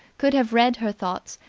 could have read her thoughts,